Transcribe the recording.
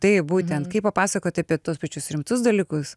taip būtent kaip papasakoti apie tuos pačius rimtus dalykus